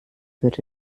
würde